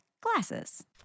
Glasses